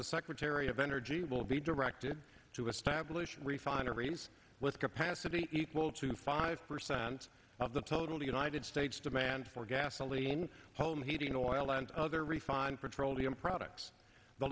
the secretary of energy will be directed to establish refineries with capacity equal to five percent of the total united states demand for gasoline home heating oil and other refined petroleum products the